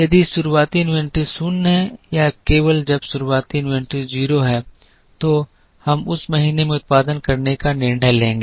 यदि शुरुआती इन्वेंट्री 0 है या केवल जब शुरुआती इन्वेंट्री 0 है तो हम उस महीने में उत्पादन करने का निर्णय लेंगे